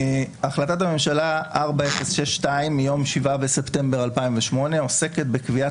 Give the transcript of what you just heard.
החלטת הממשלה 4062 מיום 7 בספטמבר 2008 עוסקת בקביעת